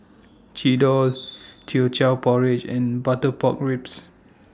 Chendol Teochew Porridge and Butter Pork Ribs